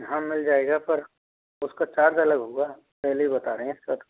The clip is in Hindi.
हाँ मिल जाएगा पर उसका चार्ज अलग होगा पहले ही बता रहे हैं ये सब